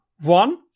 One